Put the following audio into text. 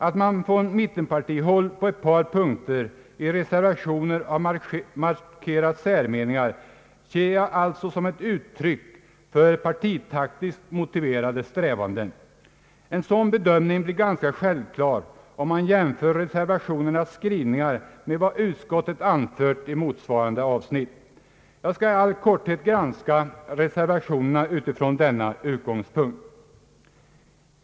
Att man från mittenpartihåll på ett par punkter i reservationer har markerat särmeningar ser jag alltså som uttryck för partitaktiskt motiverade strävanden. En sådan bedömning blir ganska självklar om man jämför reservationernas skrivningar med vad utskottet anfört i motsvarande avsnitt. Jag skall i all korthet granska reservationerna utifrån denna utgångspunkt.